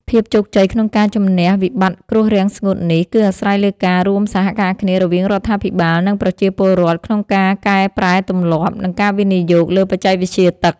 ភាពជោគជ័យក្នុងការជម្នះវិបត្តិគ្រោះរាំងស្ងួតនេះ គឺអាស្រ័យលើការរួមសហការគ្នារវាងរដ្ឋាភិបាល និងប្រជាពលរដ្ឋ ក្នុងការកែប្រែទម្លាប់ និងការវិនិយោគលើបច្ចេកវិទ្យាទឹក។